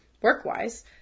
work-wise